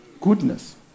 Goodness